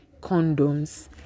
condoms